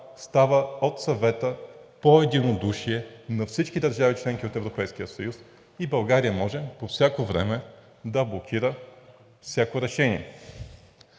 става от Съвета по единодушие на всички държави – членки от Европейския съюз.“ И България може по всяко време да блокира всяко решение.